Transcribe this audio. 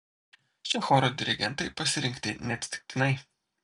šie choro dirigentai pasirinkti neatsitiktinai